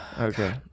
okay